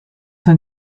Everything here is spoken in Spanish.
han